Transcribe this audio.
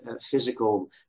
physical